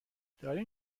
دارین